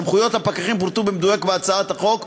סמכויות הפקחים פורטו במדויק בהצעת החוק,